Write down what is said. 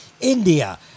India